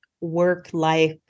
work-life